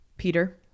Peter